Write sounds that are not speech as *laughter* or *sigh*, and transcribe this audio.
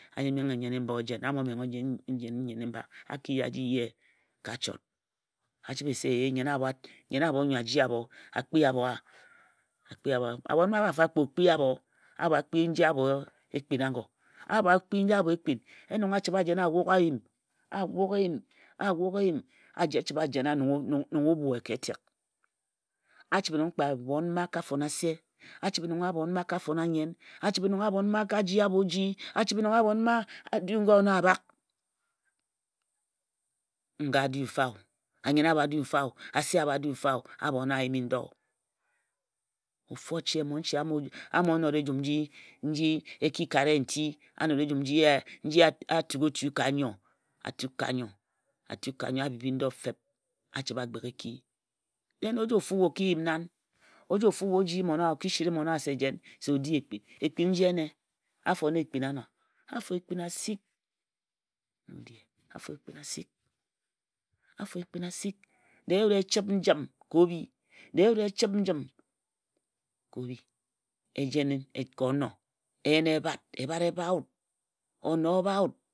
a ji menghe nnyen-i-mba o jen. a bho jen a ki ji a ji ye ka achot a chibhe se e nnyen abho nnyo a ji abho a kpii abho a?a kpii abho a?abhon mma mfa-mfa kpe o kpii abho. abho a kpi nji abho ekpin ago abho a kpi nji abho ekpin. yen nong a chibhe a jena a wok eyim. a wok eyim. a wok eyim. a chibhe a jena nong abhon mma a ka fon annyen, a chibhe nong abhon mma a ka ji abho-oji. a chibhe nong abhon mma a duu ngo abhak. nga a duu mfa o. anyen abho a duu mfa o. ase abho a duu mfa-o. abho na a yimi ndo. ofu o che mmon-che a mo not eju nji e ki kare ye nti. a mora ejum nji ye a tuk o tu ka nnyo. a tuk kà nnyo a bhibhi n do feb a chibhe a gbek ek *unintelligible* den ojo-ofu o kii yim nan ojo ofu we o ji mmon owa a ki sîrê ye se jen. se o di ekpin. ekpin nji ene.